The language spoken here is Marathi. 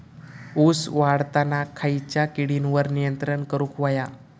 ऊस वाढताना खयच्या किडींवर नियंत्रण करुक व्हया?